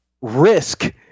risk